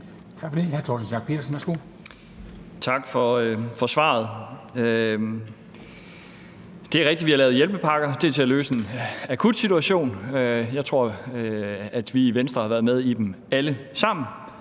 værsgo. Kl. 13:37 Torsten Schack Pedersen (V): Tak for svaret. Det er rigtigt, at vi har lavet hjælpepakker. Det er til at løse en akut situation. Jeg tror, at vi i Venstre har været med i dem alle sammen.